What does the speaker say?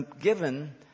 given